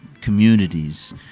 communities